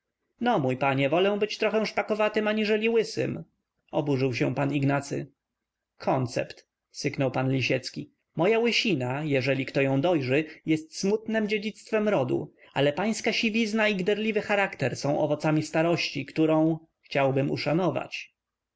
no mój panie wolę być trochę szpakowatym aniżeli łysym oburzył się pan ignacy koncept syknął pan lisiecki moja łysina jeżeli ją kto dojrzy jest smutnem dziedzictwem rodu ale pańska siwizna i gderliwy charakter są owocami starości którą chciałbym szanować